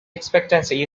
expectancy